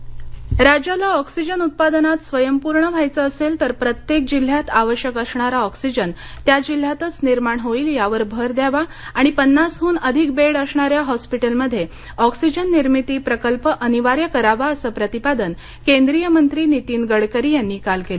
उस्मानाबाद राज्याला ऑक्सिजन उत्पादनात स्वयंपूर्ण व्हायचं असेल तर प्रत्येक जिल्ह्यात आवश्यक असणारा ऑक्सिजन त्या जिल्ह्यातच निर्माण होईल यावर भर द्यावा आणि पन्नासहून अधिक बेड असणाऱ्या हॉस्पिटलमध्ये ऑक्सिजन निर्मिती प्रकल्प अनिवार्य करावा असं प्रतिपादन केंद्रीय मंत्री नितीन गडकरी यांनी काल केलं